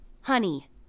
Honey